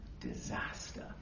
disaster